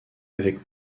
avec